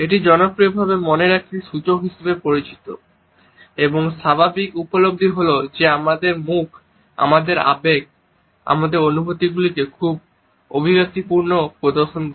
এটি জনপ্রিয়ভাবে মনের একটি সূচক হিসাবে পরিচিত এবং স্বাভাবিক উপলব্ধি হল যে আমাদের মুখ আমাদের আবেগ আমাদের অনুভূতিগুলিকে খুব অভিব্যক্তিপূর্ণভাবে প্রদর্শন করে